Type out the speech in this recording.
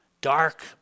dark